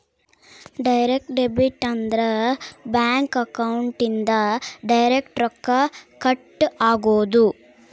direct debit ಅಂದ್ರ bank account ಇಂದ direct ರೊಕ್ಕ ಕಟ್ ಆಗೋದು